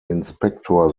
inspektor